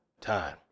time